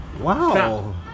Wow